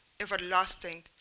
everlasting